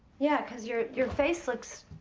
yeah, cuz your your face lookses,